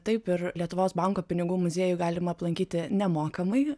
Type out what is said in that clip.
taip ir lietuvos banko pinigų muziejų galima aplankyti nemokamai